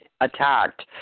attacked